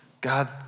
God